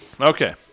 Okay